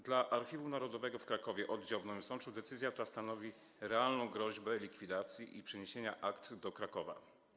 Dla Archiwum Narodowego w Krakowie Oddziału w Nowym Sączu decyzja ta stanowi realną groźbę likwidacji i przeniesienia akt do Krakowa.